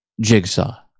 Jigsaw